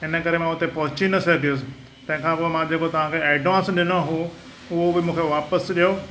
हिन करे मां हुते पहुची न सघयसि तंहिं खां पोइ मां जेको तव्हां खे ऐडवांस ॾिनो हू उहो बि मूंखे वापसि ॾियो